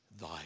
thy